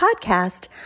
Podcast